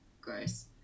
gross